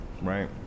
right